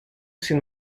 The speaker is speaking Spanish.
sin